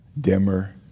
dimmer